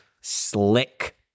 slick